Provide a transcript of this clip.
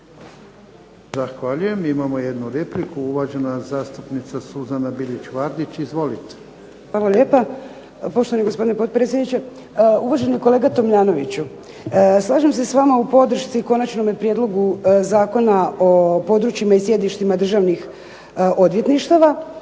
Zahvaljujem. Imamo jednu repliku, uvažena zastupnica Suzana Bilić Vardić. Izvolite. **Bilić Vardić, Suzana (HDZ)** Hvala lijepa, poštovani gospodine potpredsjedniče. Uvaženi kolega Tomljanoviću, slažem se s vama u podršci Konačnom prijedlogu zakona o područjima i sjedištima državnih odvjetništava